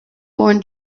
born